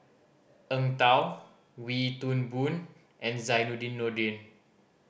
Eng Tow Wee Toon Boon and Zainudin Nordin